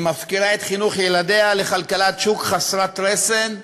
היא מפקירה את חינוך ילדיה לכלכלת שוק חסרת רסן,